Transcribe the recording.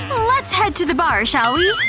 let's head to the bar, shall we?